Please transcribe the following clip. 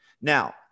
Now